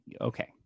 okay